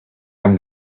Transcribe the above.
and